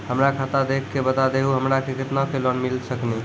हमरा खाता देख के बता देहु हमरा के केतना के लोन मिल सकनी?